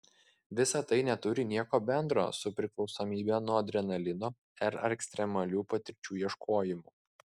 visa tai neturi nieko bendro su priklausomybe nuo adrenalino ar ekstremalių patirčių ieškojimu